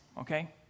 okay